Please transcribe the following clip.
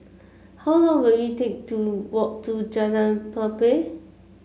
how long will it take to walk to Jalan Pelepah